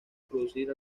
producir